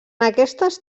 aquestes